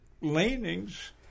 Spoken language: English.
leanings